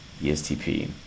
ESTP